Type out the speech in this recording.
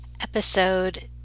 Episode